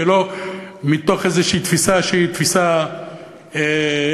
ולא מתוך איזו תפיסה שהיא תפיסה מתפשרת,